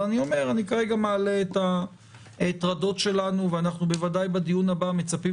אבל כרגע אני מעלה את הטרדות שלנו ובוודאי בדיון הבא אנחנו מצפים